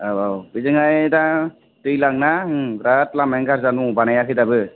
आव आव बेजोंहाय दा दैलां ना बिरात लामायानो गार्जि जानानै दं बानायाखै दाबो